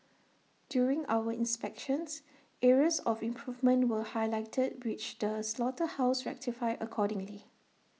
during our inspections areas of improvement were highlighted which the slaughterhouse rectified accordingly